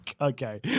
okay